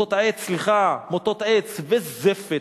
וזפת,